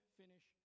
finish